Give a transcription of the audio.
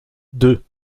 deux